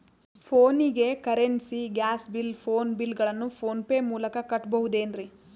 ಫೋನಿಗೆ currency, gas bill, phone bill ಗಳನ್ನು PhonePe ಮೂಲಕ ಕಟ್ಟಬಹುದೇನ್ರಿ?